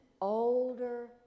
older